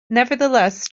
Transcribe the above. nevertheless